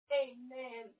amen